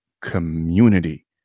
community